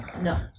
No